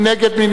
מי נגד?